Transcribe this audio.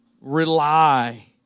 rely